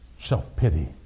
Self-pity